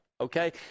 okay